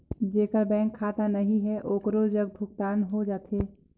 जेकर बैंक खाता नहीं है ओकरो जग भुगतान हो जाथे?